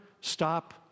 stop